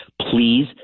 Please